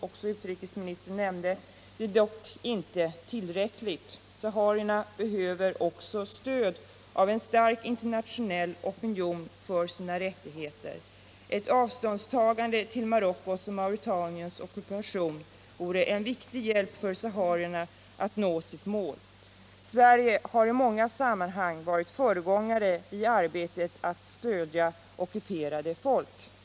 Det är dock inte tillräckligt. Saharierna behöver också stöd av en stark internationell opinion för sina rättigheter. Ett avståndstagande från Marockos och Mauretaniens ockupation vore en viktig hjälp för saharierna att nå sitt mål. Sverige har i många sammanhang varit föregångare i arbetet att stödja ockuperade folk.